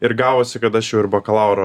ir gavosi kad aš jau ir bakalauro